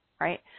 right